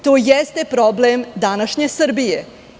To jeste problem današnje Srbije.